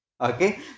okay